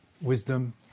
wisdom